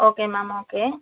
okay ma'am okay